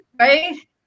right